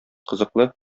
кызыклы